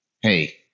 Hey